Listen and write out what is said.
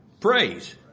Praise